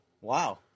Wow